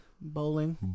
Bowling